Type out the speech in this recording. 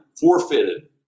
forfeited